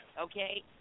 okay